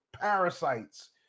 parasites